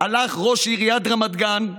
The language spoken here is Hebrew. הלך ראש עירית רמת גן,